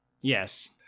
Yes